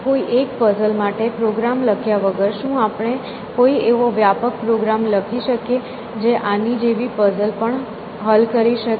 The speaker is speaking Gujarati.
કોઈ એક પઝલ માટે પ્રોગ્રામ લખ્યા વગર શું આપણે કોઈ એવો વ્યાપક પ્રોગ્રામ લખી શકીએ જે આની જેવી પઝલ પણ હલ કરી શકે